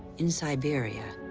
in siberia,